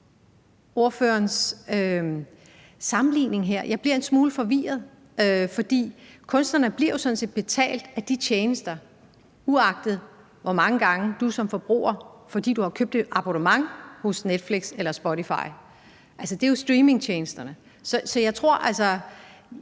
Jeg bliver en smule forvirret, for kunstnerne bliver jo sådan set betalt af de tjenester, fordi du som forbruger har købt abonnement hos Netflix eller Spotify, altså streamingtjenesterne.